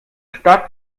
stadt